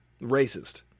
racist